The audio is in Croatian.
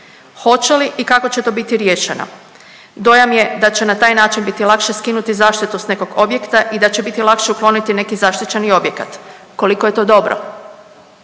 Hoće li i kako će to biti riješeno, dojam je da će na taj način biti lakše skinuti zaštitu s nekog objekta i da će biti lakše ukloniti neki zaštićeni objekat. Koliko je to dobro?